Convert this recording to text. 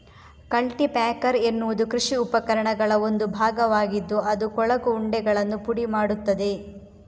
culti packer ಎನ್ನುವುದು ಕೃಷಿ ಉಪಕರಣಗಳ ಒಂದು ಭಾಗವಾಗಿದ್ದು ಅದು ಕೊಳಕು ಉಂಡೆಗಳನ್ನು ಪುಡಿ ಮಾಡುತ್ತದೆ